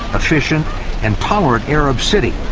efficient and tolerant arab city,